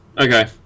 okay